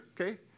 okay